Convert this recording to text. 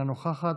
אינה נוכחת,